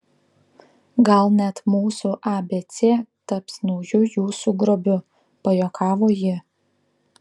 gal net mūsų abc taps nauju jūsų grobiu pajuokavo ji